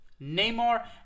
Neymar